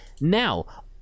Now